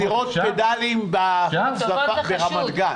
סירות פדלים ברמת גן